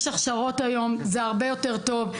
יש הכשרות היום, זה הרבה יותר טוב.